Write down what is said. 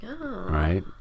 Right